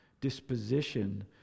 disposition